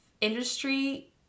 industry